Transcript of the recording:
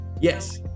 Yes